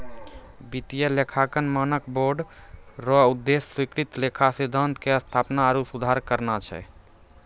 वित्तीय लेखांकन मानक बोर्ड रो उद्देश्य स्वीकृत लेखा सिद्धान्त के स्थापना आरु सुधार करना छै